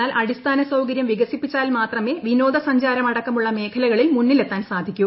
എന്നാൽ അടിസ്ഥാന സൌകരൃം വികസിപ്പിച്ചാൽ മാത്രമേ വിനോദ സഞ്ചാരമടക്കമുള്ള മേഖലകളിൽ മുന്നിലെത്താൻ സാധിക്കൂ